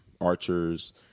archers